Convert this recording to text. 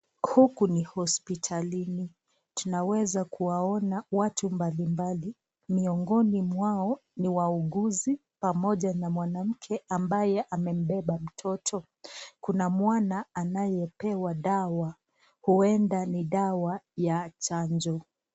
Huku ni hosipitalini. Tunaweza kuwaona watu mbali mbali. Miongoni mwao ni wauguzi pamoja na mwanamke ambaye amembeba mtoto. Kuna mwana anaye pewa dawa. Huenda ni dawa ya chanjo.